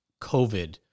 COVID